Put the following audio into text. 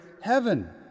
heaven